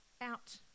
out